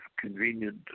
Convenient